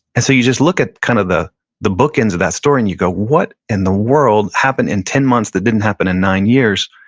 and so you just look at kind of the the bookends of that story and you go, what in the world happened in ten months that didn't happen in nine years?